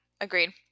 Agreed